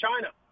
China